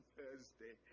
Thursday